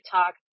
Talk